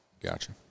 Gotcha